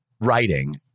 writing